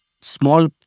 small